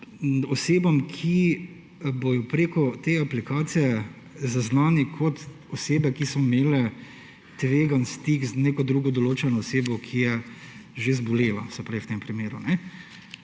osebam, ki bodo preko te aplikacije zaznane kot osebe, ki so imele tvegan stik z neko drugo določeno osebo, ki je že zbolela v tem primeru.